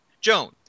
Joan